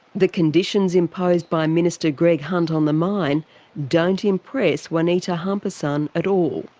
the conditions imposed by minister greg hunt on the mine don't impress juanita hamparsum at all.